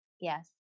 Yes